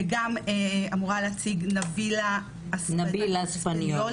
וגם אמורה להציג נבילה אספניולי,